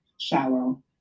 shallow